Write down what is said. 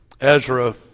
Ezra